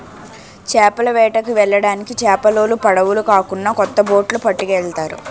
చేపల వేటకి వెళ్ళడానికి చేపలోలు పడవులు కాకున్నా కొత్త బొట్లు పట్టుకెళ్తారు